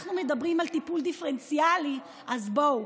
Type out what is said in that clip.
כשאנחנו מדברים על טיפול דיפרנציאלי, אז בואו.